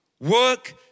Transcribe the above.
work